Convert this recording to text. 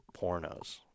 pornos